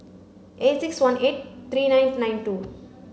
eight six one eight three nine nine two